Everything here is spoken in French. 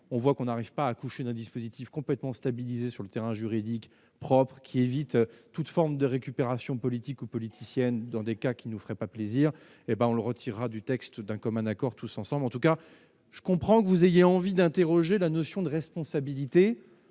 on voit qu'on n'arrive pas à accoucher d'un dispositif complètement stabilisée sur le terrain juridique propre qui évite toute forme de récupération politique politicienne dans des cas qui nous ferait pas plaisir, hé ben on le retirera du texte d'un commun accord, tous ensemble, en tout cas je comprends que vous ayez envie d'interroger la notion de responsabilité